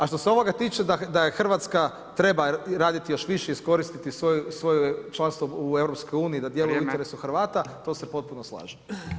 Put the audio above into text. A što se ovoga tiče da Hrvatska treba raditi još više i iskoristiti svoje članstvo u EU da djeluje u interesu Hrvata to se potpuno slažem.